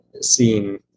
seen